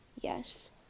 yes